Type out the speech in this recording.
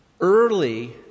early